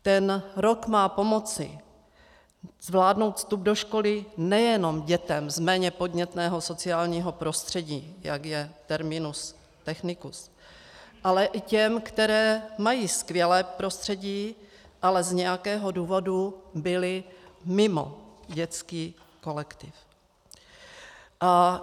Ten rok má pomoci zvládnout vstup do školy nejenom dětem z méně podnětného sociálního prostředí, jak je terminus technicus, ale i těm, které mají skvělé prostředí, ale z nějakého důvodu byly mimo dětský kolektiv.